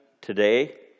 today